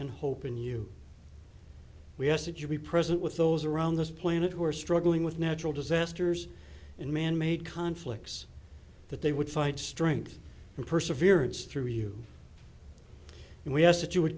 and hope in you we ask that you be present with those around this planet who are struggling with natural disasters and manmade conflicts that they would find strength and perseverance through you and we ask that you would